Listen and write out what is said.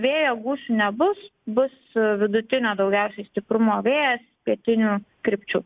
vėjo gūsių nebus bus vidutinio daugiausiai stiprumo vėjas pietinių krypčių